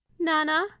Nana